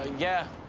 ah yeah,